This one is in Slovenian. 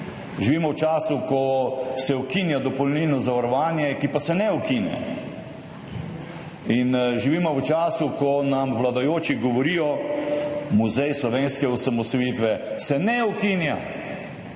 Živimo v času, ko se ukinja dopolnilno zavarovanje, ki pa se ne ukine. In živimo v času, ko nam vladajoči govorijo, Muzej slovenske osamosvojitve se ne ukinja.